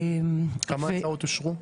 כמה הצעות נשארו?